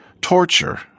torture